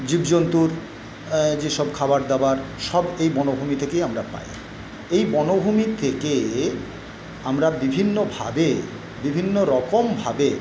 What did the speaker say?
জীব জন্তুর যেসব খাবার দাবার সব এই বনভূমি থেকেই আমরা পাই এই বনভূমি থেকে আমরা বিভিন্নভাবে বিভিন্ন রকমভাবে